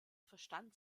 verstand